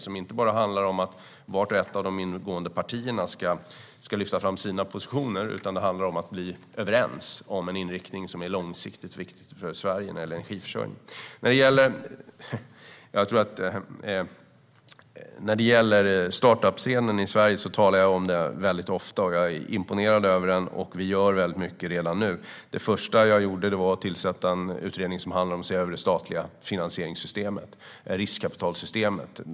Det handlar inte bara om att vart och ett av de ingående partierna ska lyfta fram sina positioner, utan det handlar om att bli överens om en inriktning som är långsiktigt viktig för Sverige när det gäller energiförsörjningen. När det gäller startup-scenen i Sverige talar jag om den väldigt ofta, och jag är imponerad av den. Vi gör mycket redan nu. Det första jag gjorde var att tillsätta en utredning som handlar om att se över det statliga finansieringssystemet och riskkapitalsystemet.